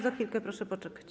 Za chwilkę, proszę poczekać.